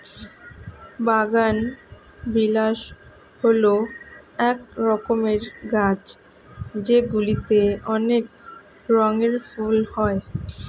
বাগানবিলাস হল এক রকমের গাছ যেগুলিতে অনেক রঙের ফুল হয়